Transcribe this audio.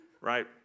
right